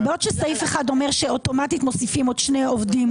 כי בעוד שסעיף אחד אומר שאוטומטית מוסיפים עוד שני עובדים,